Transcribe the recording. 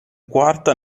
quarta